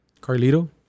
Carlito